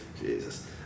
Jesus